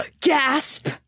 gasp